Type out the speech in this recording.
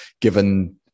given